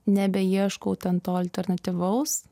nebeieškau ten to alternatyvaus